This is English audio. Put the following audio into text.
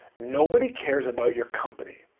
nobody cares about your company.